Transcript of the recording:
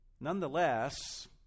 Nonetheless